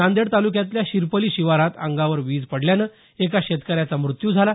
नांदेड तालुक्यातल्या शिरपली शिवारात अंगावर वीज पडल्यानं एका शेतकऱ्याचा मृत्यू झाला